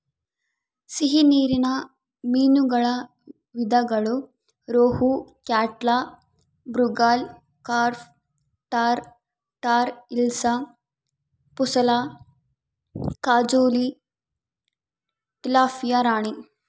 ಸಿಹಿ ನೀರಿನ ಮೀನುಗಳ ವಿಧಗಳು ರೋಹು, ಕ್ಯಾಟ್ಲಾ, ಮೃಗಾಲ್, ಕಾರ್ಪ್ ಟಾರ್, ಟಾರ್ ಹಿಲ್ಸಾ, ಪುಲಸ, ಕಾಜುಲಿ, ಟಿಲಾಪಿಯಾ ರಾಣಿ